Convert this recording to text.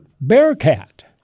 Bearcat